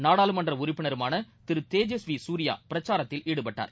நாடாளுமன்ற உறுப்பினருமான திரு தேஜஸ்வி சூரியா பிரச்சாரத்தில் ஈடுபட்டார்